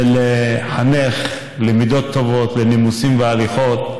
ולחנך למידות טובות, לנימוסים והליכות,